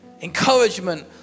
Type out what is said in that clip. encouragement